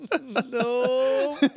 no